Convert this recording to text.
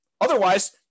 Otherwise